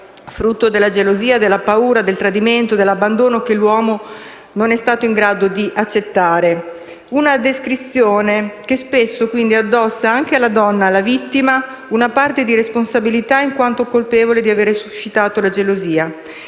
frutto della gelosia, della paura, del tradimento, dell'abbandono che l'uomo non è stato in grado di accettare. Una descrizione che spesso quindi addossa anche alla donna, la vittima, una parte di responsabilità, in quanto colpevole di aver suscitato la gelosia.